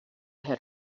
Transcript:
had